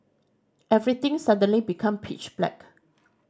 everything suddenly become pitch black